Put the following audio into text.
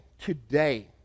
today